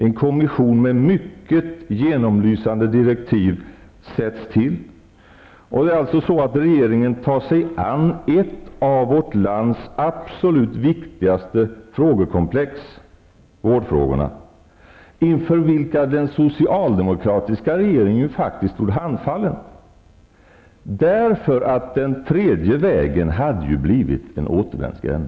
En kommission med mycket genomlysande direktiv kommer att tillsättas. Regeringen tar sig an ett av vårt lands absolut viktigaste frågekomplex, vårdfrågorna, inför vilka den socialdemokratiska regeringen faktiskt stod handfallen därför att den tredje vägen hade blivit en återvändsgränd.